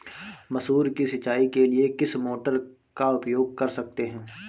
मसूर की सिंचाई के लिए किस मोटर का उपयोग कर सकते हैं?